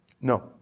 No